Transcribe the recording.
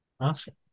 Awesome